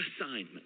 assignment